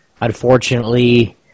unfortunately